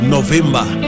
November